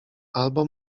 albo